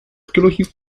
arqueológico